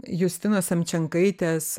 justinos samčenkaitės